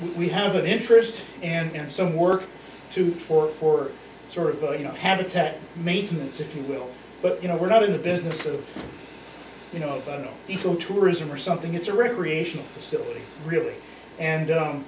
we have an interest and some work to for for sort of you know habitat maintenance if you will but you know we're not in the business of you know eco tourism or something it's a recreational facility really and